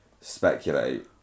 speculate